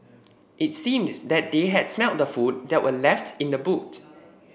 it seemed that they had smelt the food that were left in the boot